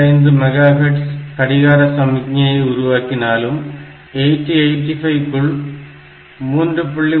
25 megahertz கடிகார சமிக்ஞையை உருவாக்கினாலும் 8085 க்குள் 3